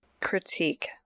critique